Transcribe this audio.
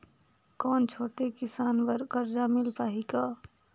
कौन छोटे किसान बर कर्जा मिल पाही ग?